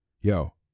Yo